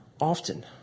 often